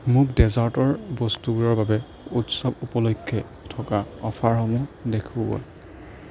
মোক ডেজাৰ্টৰ বস্তুবোৰৰ বাবে উৎসৱ উপলক্ষে থকা অ'ফাৰসমূহ দেখুওৱা